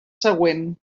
següent